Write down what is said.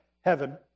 heaven